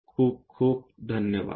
खूप खूप धन्यवाद